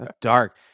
dark